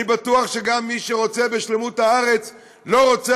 אני בטוח שגם מי שרוצה בשלמות הארץ לא רוצה